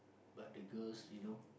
but the girls you know